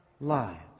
lives